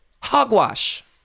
Hogwash